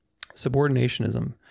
Subordinationism